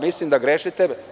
Mislim da grešite.